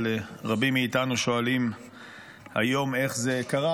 אבל רבים מאיתנו שואלים היום: איך זה קרה,